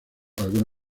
algún